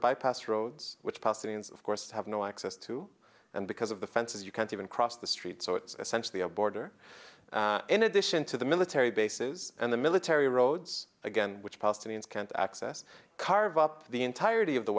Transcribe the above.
bypass roads which passings of course have no access to and because of the fences you can't even cross the street so it's essentially a border in addition to the military bases and the military roads again which palestinians can't access carve up the entirety of the